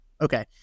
Okay